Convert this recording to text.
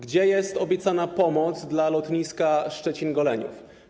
Gdzie jest obiecana pomoc dla lotniska Szczecin-Goleniów?